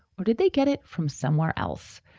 or did they get it from somewhere else?